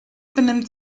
benimmt